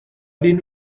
den